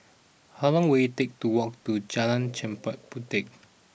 how long will it take to walk to Jalan Chempaka Puteh